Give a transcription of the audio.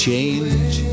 Change